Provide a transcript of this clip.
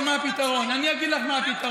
אני אגיד לך מה הפתרון.